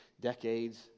decades